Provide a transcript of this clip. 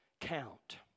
count